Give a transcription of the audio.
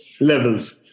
levels